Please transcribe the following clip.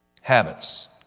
Habits